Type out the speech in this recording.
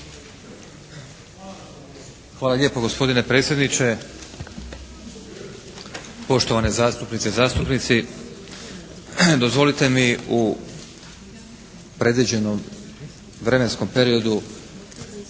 Hvala lijepo gospodine predsjedniče. Poštovane zastupnice i zastupnici. Dozvolite mi u predviđenom vremenskom periodu